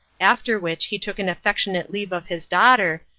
after which he took an affectionate leave of his daughter,